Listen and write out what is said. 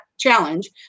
challenge